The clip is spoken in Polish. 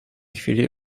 chwili